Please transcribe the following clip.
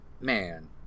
Man